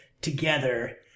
together